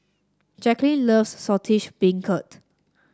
Jacquline loves Saltish Beancurd